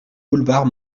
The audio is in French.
boulevard